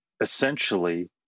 essentially